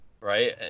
right